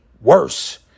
worse